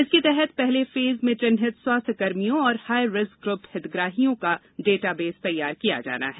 इसके तहत पहले फेस में चिन्हित स्वास्थ्य कर्मियों और हाई रिस्क ग्रप हितग्राहियों का डाटाबेस तैयार किया जाना है